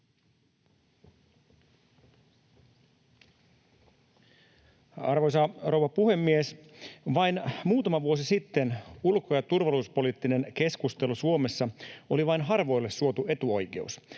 Arvoisa rouva puhemies! Vain muutama vuosi sitten ulko‑ ja turvallisuuspoliittinen keskustelu Suomessa oli vain harvoille suotu etuoikeus,